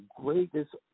greatest